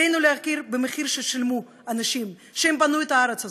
עלינו להכיר במחיר ששילמו אנשים שבנו את הארץ הזאת,